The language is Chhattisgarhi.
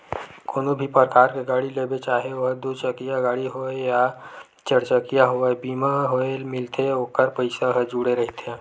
कोनो भी परकार के गाड़ी लेबे चाहे ओहा दू चकिया गाड़ी होवय या चरचकिया होवय बीमा होय मिलथे ओखर पइसा ह जुड़े रहिथे